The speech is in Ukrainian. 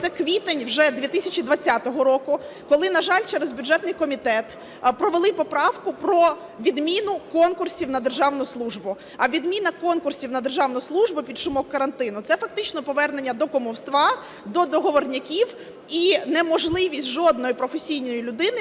це квітень вже 2020 року, коли, на жаль, через бюджетний комітет провели поправку про відміну конкурсів на державну службу, а відміна конкурсів на державну службу під шумок карантину – це фактично повернення до кумівства, до "договорняків" і неможливість жодній професійній людині